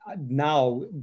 now